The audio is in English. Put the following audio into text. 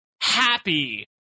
happy